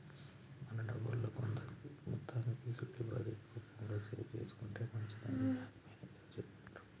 మన డబ్బుల్లో కొంత మొత్తాన్ని ఫిక్స్డ్ డిపాజిట్ రూపంలో సేవ్ చేసుకుంటే మంచిదని బ్యాంకు మేనేజరు చెప్పిర్రు